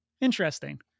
interesting